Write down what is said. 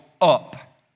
up